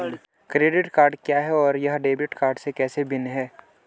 Credit card क्या है और यह डेबिट कार्ड से कैसे भिन्न है?